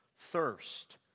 Thirst